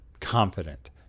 confident